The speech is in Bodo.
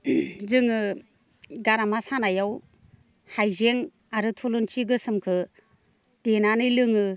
जोङो गारामा सानायाव हायजें आरो थुलुंसि गोसोमखो देनानै लोङो